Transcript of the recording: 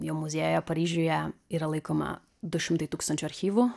jo muziejuje paryžiuje yra laikoma du šimtai tūkstančių archyvų